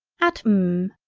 at m.